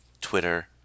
Twitter